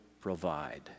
provide